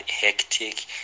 hectic